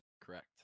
correct